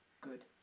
good